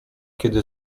kiedy